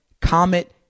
Comet